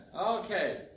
Okay